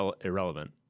irrelevant